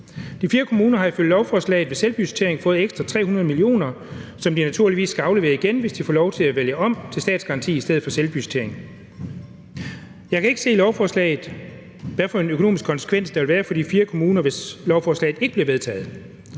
De 4 kommuner har ifølge lovforslaget ved selvbudgettering fået ekstra 300 mio. kr., som de naturligvis skal aflevere igen, hvis de får lov til at vælge om til statsgaranti i stedet for selvbudgettering. Jeg kan ikke i lovforslaget se, hvilken økonomisk konsekvens der vil være for de 4 kommuner, hvis lovforslaget ikke bliver vedtaget.